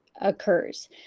occurs